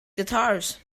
guitars